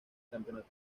campeonato